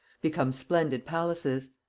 become splendid palaces.